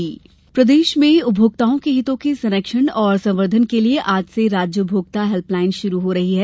उपभोक्ता हेल्पलाइन प्रदेश में उपभोक्ताओं के हितों के संरक्षण और संवर्धन के लिए आज से राज्य उपभोक्ता हेल्पलाइन शुरू हो रही है